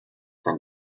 from